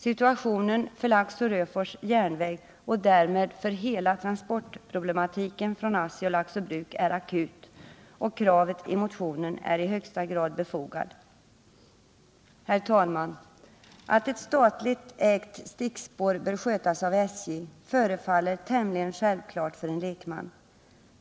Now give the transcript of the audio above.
Situationen för Laxå-Röfors järnväg och därmed för hela transportproblematiken från ASSI och Laxå Bruk är akut, och kravet i motionen är i högsta grad befogat. Herr talman! Att ett statligt ägt stickspår bör skötas av SJ, förefaller tämligen självklart för en lekman.